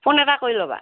phone এটা কৰি ল'বা